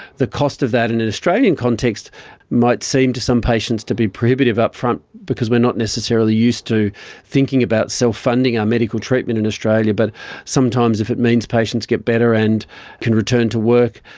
the cost of that in an australian context might seem to some patients to be prohibitive up-front because we are not necessarily used to thinking about self-funding our medical treatment in australia, but sometimes if it means patients get better and can return to work,